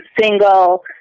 Single